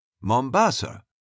Mombasa